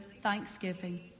thanksgiving